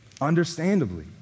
understandably